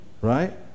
right